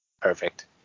perfect